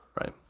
Right